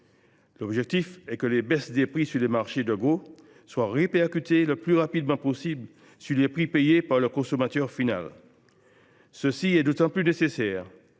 objectif est que les baisses des prix sur les marchés de gros soient répercutées le plus rapidement possible sur les prix payés par le consommateur final. Cela est d’autant plus nécessaire